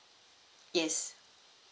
yes